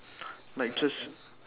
like just